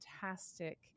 fantastic